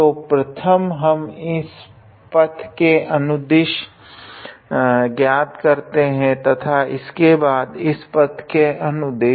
तो प्रथम हम इस पथ के अनुदिश ज्ञात करते है तथा उसके बाद इस पथ के अनुदिश